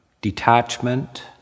detachment